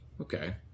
okay